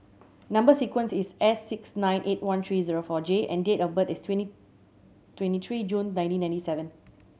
number sequence is S six nine eight one three zero four J and date of birth is twenty twenty three June nineteen ninety seven